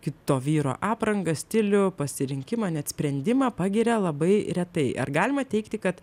kito vyro aprangą stilių pasirinkimą net sprendimą pagiria labai retai ar galima teigti kad